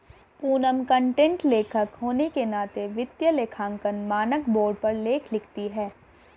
Poonam content लेखक होने के नाते वित्तीय लेखांकन मानक बोर्ड पर लेख लिखती है